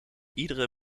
iedere